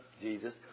Jesus